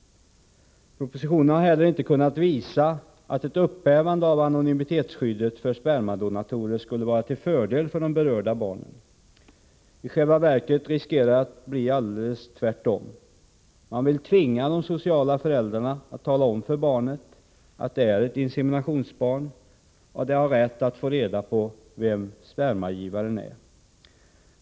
Propositionen har heller inte kunnat visa att ett upphävande av anonymitetsskyddet för spermadonatorer skulle vara till fördel för de berörda barnen. I själva verket riskerar det att bli alldeles tvärtom. Man vill tvinga de sociala föräldrarna att tala om för barnet, att det är ett inseminationsbarn, och att det har rätt att få reda vem spermagivaren är.